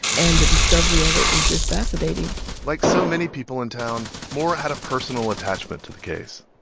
and the discovery of it was just fascinating like so many people in town, moore had a personal attachment to the case.